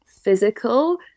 physical